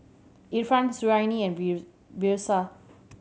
Irfan Suriani and